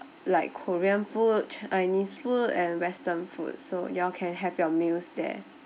like korean food chinese food and western food so you all can have your meals there